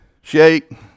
shake